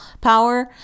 power